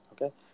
Okay